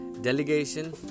delegation